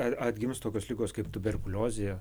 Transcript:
ar atgims tokios ligos kaip tuberkuliozė